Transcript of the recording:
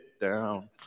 down